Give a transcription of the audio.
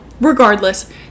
regardless